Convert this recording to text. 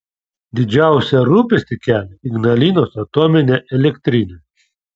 didžiausią rūpestį kelia ignalinos atominė elektrinė